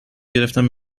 گرفتم